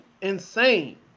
Insane